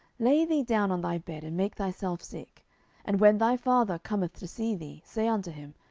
lay thee down on thy bed, and make thyself sick and when thy father cometh to see thee, say unto him,